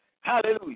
Hallelujah